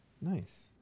Nice